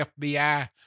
FBI